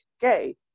gay